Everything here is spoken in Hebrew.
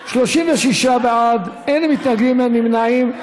36 בעד, אין מתנגדים, אין נמנעים.